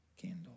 candle